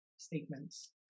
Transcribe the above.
statements